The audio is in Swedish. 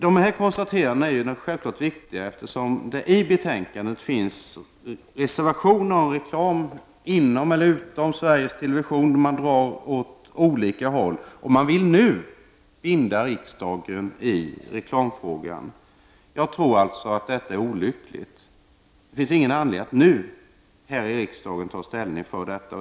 Dessa konstateranden är självfallet viktiga eftersom det i betänkandet finns reservationer om reklam inom eller utom Sveriges Television, och re servanterna drar åt olika håll. Reservanterna vill redan nu binda riksdagen när det gäller reklamfrågan. Jag tror att det är olyckligt. Det finns inte någon anledning att nu här i riksdagen ta ställning till detta.